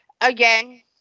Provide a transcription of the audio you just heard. again